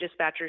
dispatchers